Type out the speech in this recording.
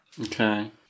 Okay